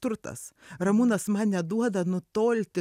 turtas ramūnas man neduoda nutolti